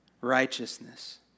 righteousness